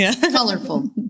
Colorful